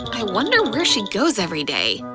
i wonder where she goes every day?